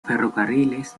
ferrocarriles